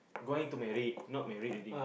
going to married not married already